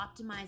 optimize